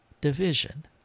division